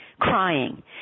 Crying